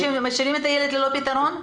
היום משאירים את הילד ללא פתרון?